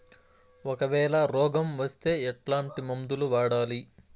ఒకవేల రోగం వస్తే ఎట్లాంటి మందులు వాడాలి?